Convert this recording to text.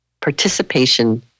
participation